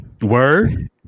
Word